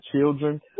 children